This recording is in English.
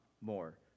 more